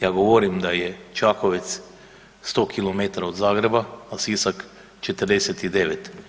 Ja govorim da je Čakovec 100 km od Zagreba, a Sisak 49.